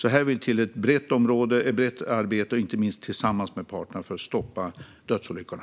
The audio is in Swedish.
Här vill det alltså till ett brett arbete, inte minst tillsammans med parterna, för att stoppa dödsolyckorna.